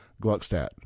Gluckstadt